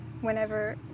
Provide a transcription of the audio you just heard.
whenever